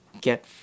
get